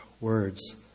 words